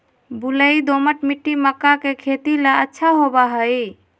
बलुई, दोमट मिट्टी मक्का के खेती ला अच्छा होबा हई